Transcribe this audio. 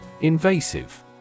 Invasive